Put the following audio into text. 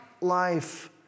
life